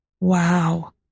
Wow